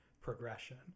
progression